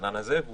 היא